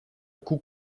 coût